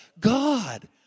God